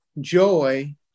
joy